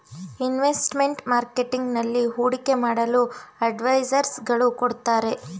investment marketing ನಲ್ಲಿ ಹೂಡಿಕೆ ಮಾಡಲು ಅಡ್ವೈಸರ್ಸ್ ಗಳು ಕೊಡುತ್ತಾರೆ